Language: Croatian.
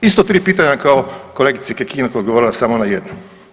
Isto tri pitanja kao kolegice Kekin koja je odgovorila samo na jedno.